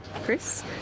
Chris